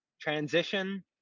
Transition